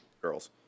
girls